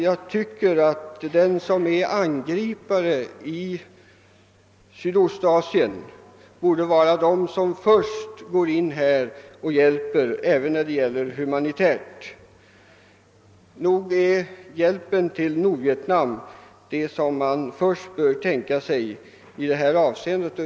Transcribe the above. Jag tycker nog att de som är angripare i Sydostasien borde vara de som först lämnar humanitärt bistånd där. Nog är hjälpen till Nordvietnam det som Sverige först bör tänka sig i detta avseende.